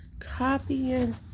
Copying